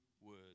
word